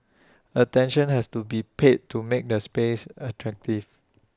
attention has to be paid to make the space attractive